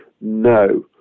No